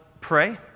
pray